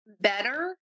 better